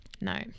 No